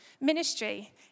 ministry